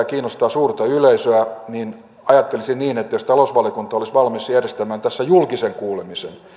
kiinnostaa suurta yleisöä niin ajattelisin niin että jos talousvaliokunta olisi valmis järjestämään tässä julkisen kuulemisen